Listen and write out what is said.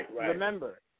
remember